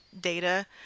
data